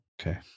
Okay